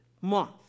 Month